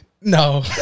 No